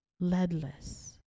leadless